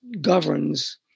governs